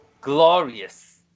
Glorious